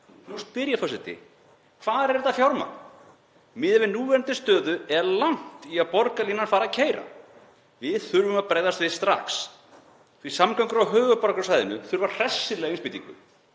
Nú spyr ég, forseti: Hvar er þetta fjármagn? Miðað við núverandi stöðu er langt í að borgarlínan fari að keyra. Við þurfum að bregðast við strax því samgöngur á höfuðborgarsvæðinu þurfa hressilega innspýtingu.